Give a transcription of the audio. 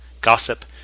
gossip